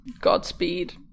Godspeed